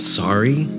sorry